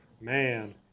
Man